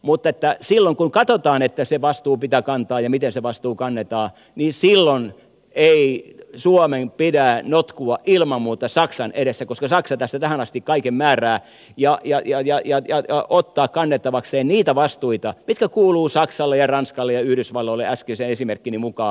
mutta kun katsotaan että se vastuu pitää kantaa ja miten se vastuu kannetaan silloin suomen ei pidä notkua ilman muuta saksan edessä koska saksa tässä tähän asti kaiken määrää ja ottaa kannettavakseen niitä vastuita jotka kuuluvat saksalle ja ranskalle ja yhdysvalloille äskeisen esimerkkini mukaan